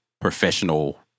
professional